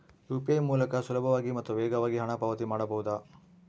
UPI ಮೂಲಕ ಸುಲಭವಾಗಿ ಮತ್ತು ವೇಗವಾಗಿ ಹಣ ಪಾವತಿ ಮಾಡಬಹುದಾ?